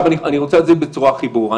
אני רוצה להסביר בצורה הכי ברורה.